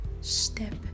step